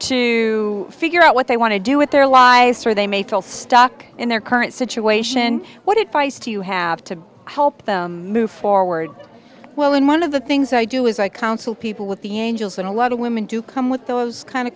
to figure out what they want to do with their lives where they may feel stuck in their current situation what it feisty you have to help them move forward well and one of the things i do is i counsel people with the angels and a lot of women do come with those kind